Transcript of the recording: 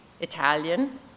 Italian